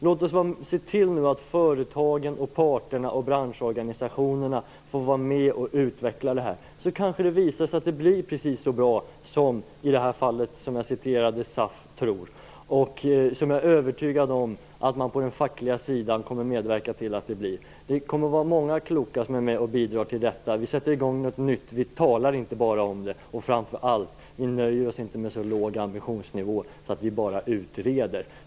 Låt oss se till att företagen, parterna och branschorganisationerna får vara med och utveckla det här, så kanske det visar sig att det blir precis så bra som SAF, som jag nämnde tidigare, tror. Jag är också övertygad om att man på den fackliga sidan kommer att medverka till att det blir så bra. Många kloka kommer att vara med och bidra till detta. Vi sätter i gång något nytt, vi talar inte bara om det. Vi nöjer oss framför allt inte med en så låg ambitionsnivå att vi bara utreder.